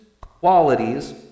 qualities